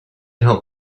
help